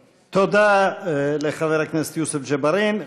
תודה.) תודה לחבר הכנסת יוסף ג'בארין.